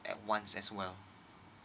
at once as well